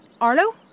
Arlo